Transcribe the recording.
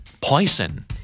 poison